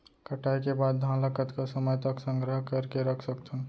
कटाई के बाद धान ला कतका समय तक संग्रह करके रख सकथन?